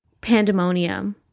Pandemonium